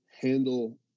handle